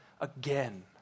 again